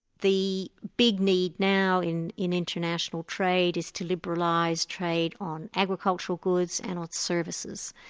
the big need now in in international trade is to liberalise trade on agricultural goods, and on services.